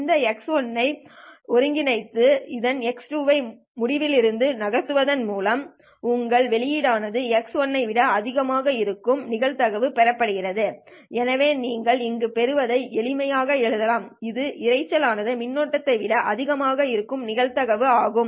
இந்த x1 ஐ ஒருங்கிணைத்து இந்த x2 ஐ முடிவிலிக்கு நகர்த்துவதன் மூலம் உங்கள் வெளியீடு ஆனது x1 ஐ விட அதிகமாக இருக்கும் நிகழ்தகவு பெறப்படுகிறது எனவே நீங்கள் இங்கு பெறுவதை எளிமையாக எழுதலாம் இது இரைச்சல் ஆனது மின்னோட்டத்தை விட அதிகமாக இருக்கும் நிகழ்தகவு ஆகும்